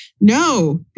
No